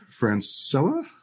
Francella